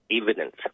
evidence